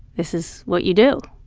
this is what you do.